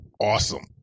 awesome